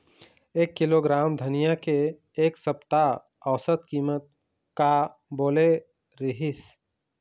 एक किलोग्राम धनिया के एक सप्ता औसत कीमत का बोले रीहिस?